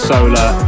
Solar